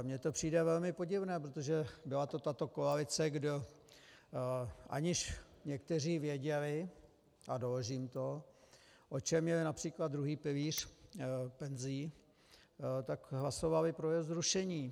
Mně to přijde velmi podivné, protože byla to tato koalice, kde aniž někteří věděli, a doložím to, o čem je například druhý pilíř penzí, tak hlasovali pro jeho zrušení.